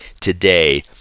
today